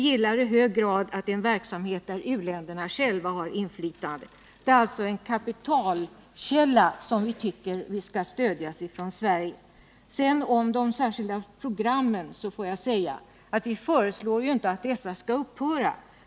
Det är en verksamhet där u-länderna i hög grad själva har inflytande. Det är alltså en kapitalkälla, som vi tycker skall stödjas från Sveriges sida. Vad beträffar de särskilda programmen föreslår vi inte att dessa skall upphöra.